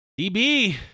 DB